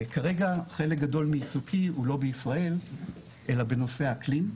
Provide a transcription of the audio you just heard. כרגע חלק גדול מעיסוקי הוא לא בישראל אלא בנושא האקלים,